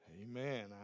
Amen